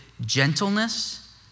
gentleness